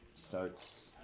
starts